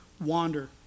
wander